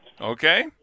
Okay